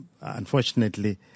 unfortunately